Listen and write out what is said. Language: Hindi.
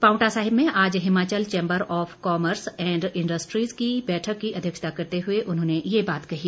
पावंटा साहिब में आज Himachal chamber of commerce and industries की बैठक की अध्यक्षता करते हुए उन्होंने ये बात कही